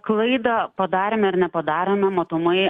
klaidą padarėme ar nepadarėme matomai